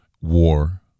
war